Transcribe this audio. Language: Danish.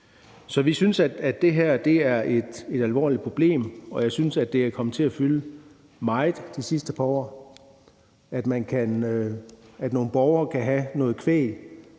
Så vi synes, at det her er et alvorligt problem, som også er kommet til at fylde meget inden for de sidste par år, altså at nogle borgere kan have noget kvæg